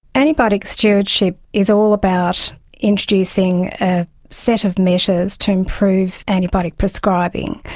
antibiotic stewardship is all about introducing a set of measures to improve antibiotic prescribing.